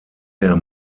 der